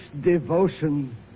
devotion